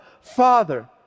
Father